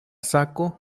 sako